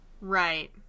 Right